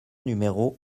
numéro